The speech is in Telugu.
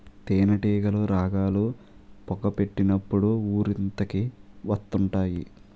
తేనేటీగలు రాగాలు, పొగ పెట్టినప్పుడు ఊరంతకి వత్తుంటాయి